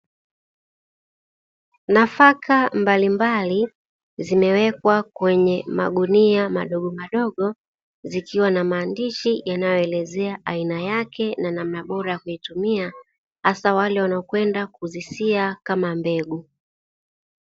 Nafaka mbali mbali zimewekwa kwenye magunia madogo madogo zikiwa na maandishi yanayoelezea aina yake na namna bora ya kuyatumia, hasa wale wanaoenda kuzisia kama mbegu.